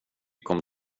kom